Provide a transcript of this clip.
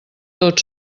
tot